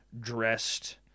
dressed